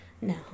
no